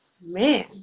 man